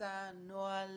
יצא נוהל